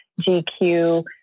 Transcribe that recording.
GQ